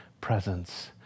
presence